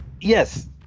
Yes